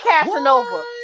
Casanova